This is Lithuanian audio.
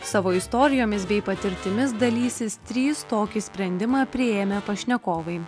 savo istorijomis bei patirtimis dalysis trys tokį sprendimą priėmę pašnekovai